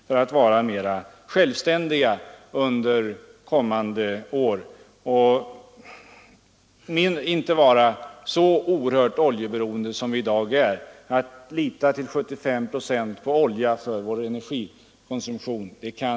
Därigenom kan vi bli mer självständiga under kommande år och inte vara så oerhört oljeberoende som vi är i dag. Det kan inte vara lyckligt att till 75 procent lita på olja för vår energikonsumtion.